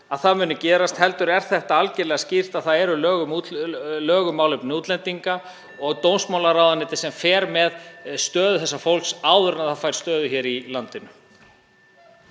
að það muni gerast heldur er þetta algerlega skýrt að það eru lög um málefni útlendinga og dómsmálaráðuneytið fer með stöðu þessa fólks áður en það fær stöðu hér í landinu.